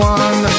one